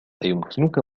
أيمكنك